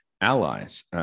allies